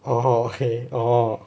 orh orh okay orh